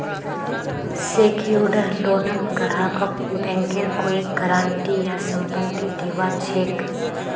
secured लोनत ग्राहकक बैंकेर कोई गारंटी या संपत्ति दीबा ह छेक